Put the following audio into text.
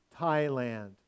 Thailand